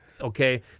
Okay